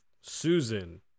Susan